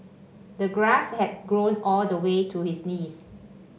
the grass had grown all the way to his knees